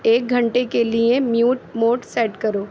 ایک گھنٹے کے لیے میوٹ موڈ سیٹ کرو